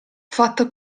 fatta